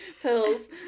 pills